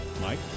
Mike